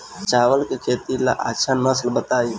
चावल के खेती ला अच्छा नस्ल बताई?